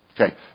Okay